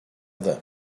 other